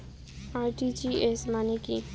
RTGS মানে কি?